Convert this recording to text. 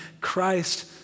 Christ